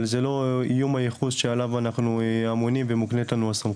אבל זה לא איום הייחוס שעליו אנחנו ממונים ומוקנית לנו הסמכות.